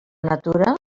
natura